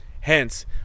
Hence